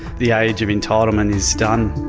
the age of entitlement is done.